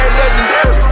legendary